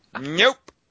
nope